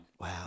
Wow